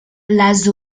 les